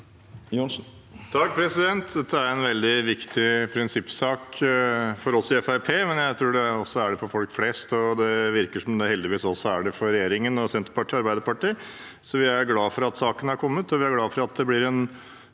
(FrP) Dette er en veldig viktig prinsippsak for oss i Fremskrittspartiet, men jeg tror det også er det for folk flest, og det virker som det heldigvis også er det for regjeringen og Senterpartiet og Arbeiderpartiet. Så vi er glade for at saken er kommet, og vi er glade for at det blir en